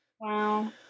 Wow